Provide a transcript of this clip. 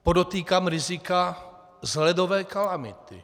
Podotýkám rizika z ledové kalamity.